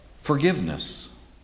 forgiveness